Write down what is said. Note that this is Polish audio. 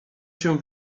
się